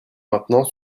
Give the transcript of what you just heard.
maintenant